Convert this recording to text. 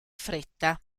fretta